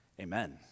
Amen